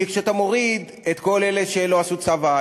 כי כשאתה מוריד את כל אלה שלא עשו צבא,